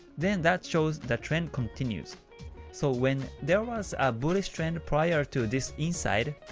then that shows the trend continues so when there was a bullish trend prior to this inside,